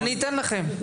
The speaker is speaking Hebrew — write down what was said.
אני אתן לכם,